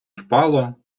впало